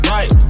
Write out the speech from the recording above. Right